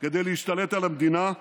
כדי להשתלט על המדינה,